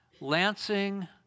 Lancing